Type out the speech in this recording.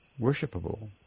Worshipable